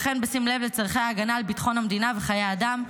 וכן בשים לב לצורכי ההגנה על ביטחון המדינה וחיי אדם.